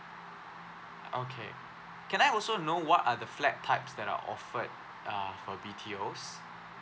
okay can I also know what are the flat types that are offered uh for B_T_Os